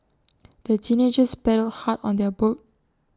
the teenagers paddled hard on their boat